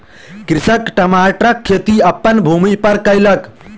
कृषक टमाटरक खेती अपन भूमि पर कयलक